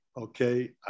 okay